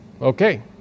Okay